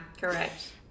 Correct